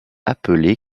appelé